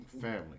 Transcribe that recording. family